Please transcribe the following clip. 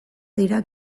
dira